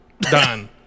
Done